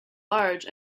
large